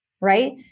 right